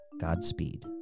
Godspeed